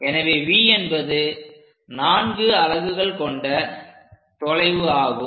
எனவே V என்பது 4 அலகுகள் கொண்ட தொலைவு ஆகும்